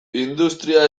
industria